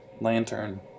Lantern